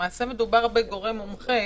למעשה, מדובר בגורם מומחה